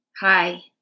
Hi